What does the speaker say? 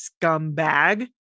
scumbag